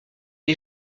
les